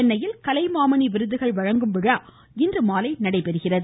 சென்னையில் கலைமாமணி விருதுகள் வழங்கும் விழா இன்று மாலை நடைபெறுகிறது